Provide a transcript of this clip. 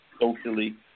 socially